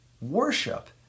worship